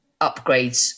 upgrades